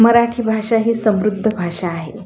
मराठी भाषा ही समृद्ध भाषा आहे